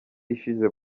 ishize